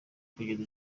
kugeza